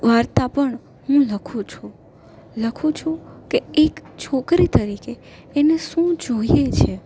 વાર્તા પણ હું લખું છું લખું છું કે એક છોકરી તરીકે એને શું જોઈએ છે